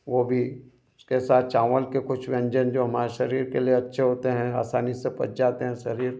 वो भी उसके साथ चावल के कुछ व्यंजन जो हमारे शरीर के लिए अच्छे होते हैं आसानी से पच जाते हैं शरीर